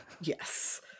yes